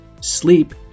sleep